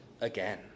again